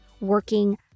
working